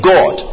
God